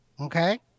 Okay